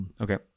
okay